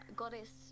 goddess